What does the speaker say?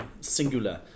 Singular